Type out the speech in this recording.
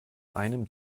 einem